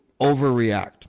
overreact